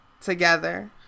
together